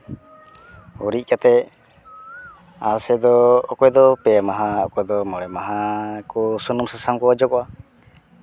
ᱩᱨᱤᱡ ᱠᱟᱛᱮ ᱟᱞᱮ ᱥᱮᱡ ᱫᱚ ᱚᱠᱚᱭ ᱫᱚ ᱯᱮ ᱢᱟᱦᱟ ᱚᱠᱚᱭ ᱫᱚ ᱢᱚᱬᱮ ᱢᱟᱦᱟ ᱠᱚ ᱥᱩᱱᱩᱢ ᱥᱟᱥᱟᱝ ᱠᱚ ᱚᱡᱚᱜᱚᱜᱼᱟ